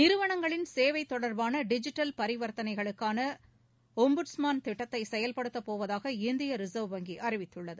நிறுவனங்களின் சேவை தொடர்பான டிஜிட்டல் பரிவர்த்தனைகளுக்கான ஒம்புட்ஸ்மான் திட்டத்தை செயல்படுத்தப் போவதாக இந்திய ரிசர்வ் வங்கி அறிவித்துள்ளது